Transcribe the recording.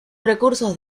recursos